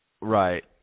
right